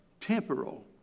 temporal